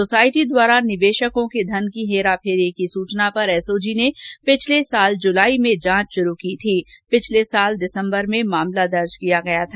society द्वारा निर्वशकों के धन की हेराफेरी की सूचना पर एसओजी ने पिछले वर्ष जुलाई में जांच शुरू की थी पिछले वर्ष दिसम्बर में मामला दर्ज किया गया था